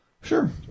Sure